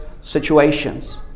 situations